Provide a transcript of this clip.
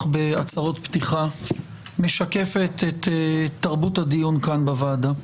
בהצהרות פתיחה משקפת את תרבות הדיון כאן בוועדה.